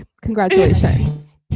congratulations